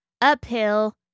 uphill